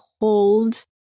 hold